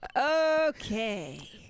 Okay